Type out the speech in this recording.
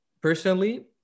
personally